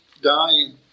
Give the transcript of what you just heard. dying